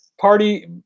party